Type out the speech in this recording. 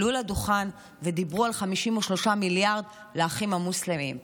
עלו לדוכן ודיברו על 53 מיליארד לאחים המוסלמים.